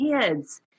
kids